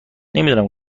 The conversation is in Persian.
نمیدونم